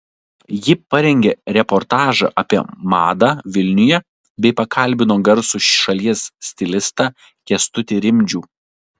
ji parengė reportažą apie madą vilniuje bei pakalbino garsų šalies stilistą kęstutį rimdžių